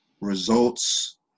results